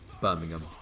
Birmingham